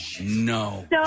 no